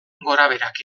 gorabeherak